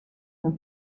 oan